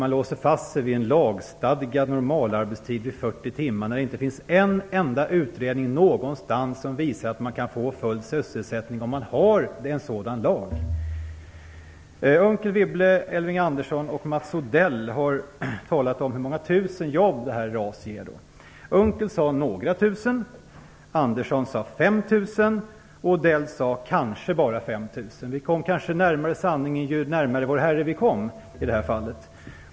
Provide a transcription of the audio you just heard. Man låser fast sig vid en lagstadgad normalarbetstid på 40 timmar när det inte finns en enda utredning någonstans som visar att man kan få full sysselsättning om man har en sådan lag. Odell har talat om hur många tusen jobb RAS ger. och Odell sade "kanske bara 5 000". Vi kom kanske närmare sanningen ju närmare Vår Herre vi kom i detta fall.